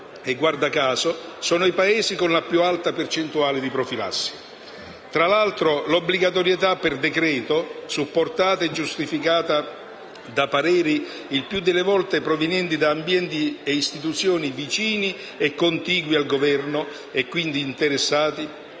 - guarda caso - sono quelli con la più alta percentuale di profilassi. Tra l'altro, l'obbligatorietà per decreto, supportata e giustificata da pareri il più delle volte provenienti da istituzioni e ambienti vicini e contigui al Governo, e dunque interessati,